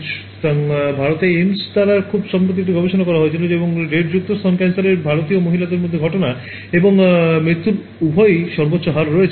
সুতরাং ভারতে এইমস দ্বারা খুব সম্প্রতি একটি গবেষণা করা হয়েছিল এবং রেটযুক্ত স্তন ক্যান্সারে ভারতীয় মহিলার মধ্যে ঘটনা এবং মৃত্যুর উভয়ই সর্বোচ্চ হার রয়েছে